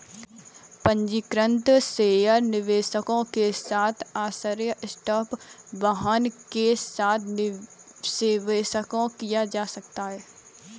पंजीकृत शेयर निवेशकों के साथ आश्चर्य स्टॉक वाहन के साथ निषिद्ध किया जा सकता है